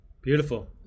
Beautiful